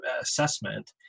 assessment